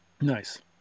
Nice